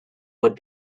would